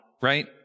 right